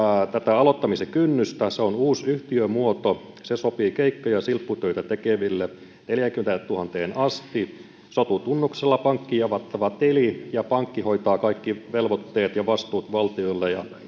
aloittamisen kynnystä se on uusi yhtiömuoto se sopii keikka ja silpputöitä tekeville neljäänkymmeneentuhanteen asti sotu tunnuksella pankkiin avattava tili ja pankki hoitaa kaikki velvoitteet ja vastuut valtiolle ja